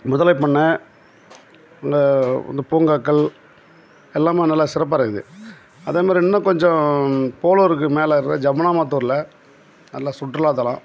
முதலை பண்ணை உள்ளே வந்து பூங்காக்கள் எல்லாம் நல்லா சிறப்பாக இருக்குது அதே மாதிரி இன்னும் கொஞ்சம் போலுருக்கு மேலே இருக்கிற ஜமுனாமாத்தூரில் நல்லா சுற்றுலாத்தலம்